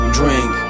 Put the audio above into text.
drink